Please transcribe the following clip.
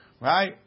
Right